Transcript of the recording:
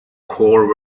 corps